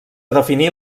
definir